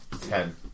Ten